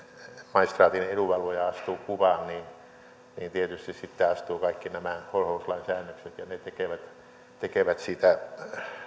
maistraatin edunvalvoja astuu kuvaan niin niin tietysti sitten astuvat kaikki nämä holhouslain säännökset ja ne tekevät tekevät siitä